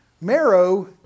marrow